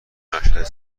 ارشد